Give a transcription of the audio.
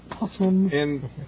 Awesome